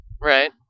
Right